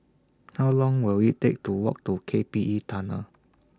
How Long Will IT Take to Walk to K P E Tunnel